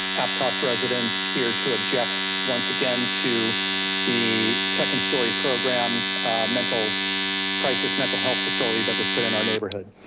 aptos residents here to object once again to the second story program mental crisis, mental health facility that was put in our neighborhood.